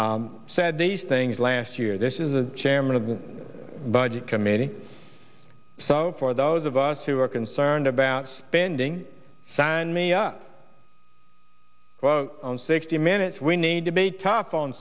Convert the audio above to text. doing said these things last year this is the chairman of the budget committee so for those of us who are concerned about spending sign me up on sixty minutes we need to be tough on